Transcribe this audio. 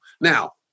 Now